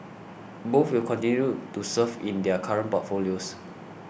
both will continue to serve in their current portfolios